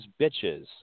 bitches